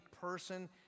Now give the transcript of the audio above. person